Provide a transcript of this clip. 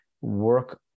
work